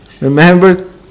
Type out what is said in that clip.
Remember